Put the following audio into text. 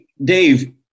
Dave